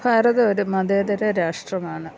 ഭാരതം ഒരു മതേതര രാഷ്ട്രമാണ്